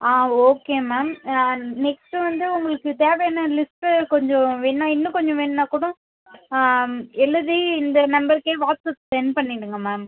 ஆ okay ma'am next வந்து உங்களுக்கு தேவையான லிஸ்ட்டு கொஞ்சம் வேண்ணால் இன்னும் கொஞ்சம் வேணும்னா கூடோம் எழுதி இந்த நம்பருக்கே வாட்ஸ்அப் சென்ட் பண்ணிடுங்கள் மேம்